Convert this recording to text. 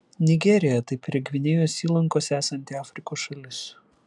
nigerija tai prie gvinėjos įlankos esanti afrikos šalis